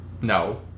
No